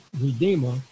Redeemer